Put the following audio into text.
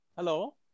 hello